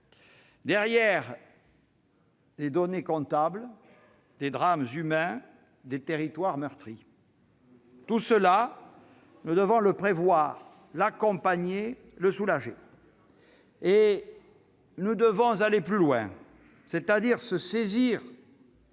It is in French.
Derrière les données comptables, il y a des drames humains, des territoires meurtris. Tout cela, nous devons le prévoir, l'accompagner, le soulager, et nous devons aller plus loin. Nous devons nous saisir